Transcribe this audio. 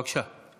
בבקשה.